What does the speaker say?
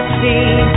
see